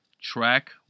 Track